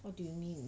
what do you mean